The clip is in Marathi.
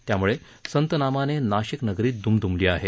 त्यामुळे संत नामाने नाशिक नगरी दुमदुमली आहे